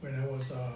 when I was a